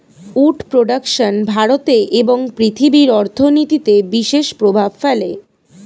would production ভারতে এবং পৃথিবীর অর্থনীতিতে বিশেষ প্রভাব ফেলে